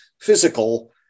physical